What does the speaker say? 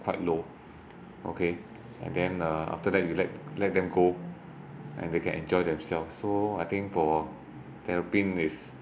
quite low okay and then uh after that you let let them go and they can enjoy themselves so I think for terrapin is